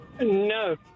No